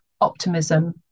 optimism